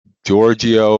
giorgio